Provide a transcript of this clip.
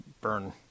burn